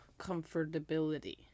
comfortability